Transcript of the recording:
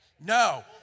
No